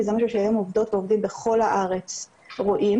וזה משהו שהיום עובדות ועובדים בכל הארץ רואים.